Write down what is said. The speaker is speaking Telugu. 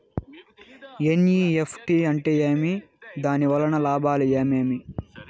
ఎన్.ఇ.ఎఫ్.టి అంటే ఏమి? దాని వలన లాభాలు ఏమేమి